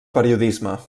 periodisme